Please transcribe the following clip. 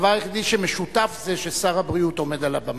הדבר היחידי שמשותף זה ששר הבריאות עומד על הבמה.